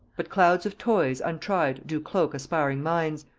but clouds of toys untried do cloak aspiring minds,